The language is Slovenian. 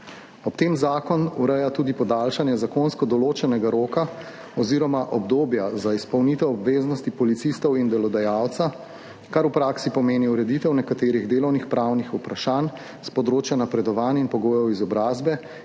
Ob tem zakon ureja tudi podaljšanje zakonsko določenega roka oziroma obdobja za izpolnitev obveznosti policistov in delodajalca, kar v praksi pomeni ureditev nekaterih delovnopravnih vprašanj s področja napredovanj in pogojev izobrazbe,